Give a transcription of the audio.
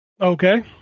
Okay